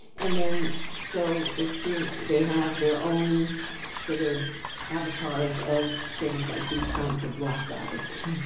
and then so as soon they have their own sort of avatars as sort of like these kinds of black goddesses.